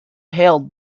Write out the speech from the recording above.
hailed